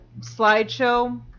slideshow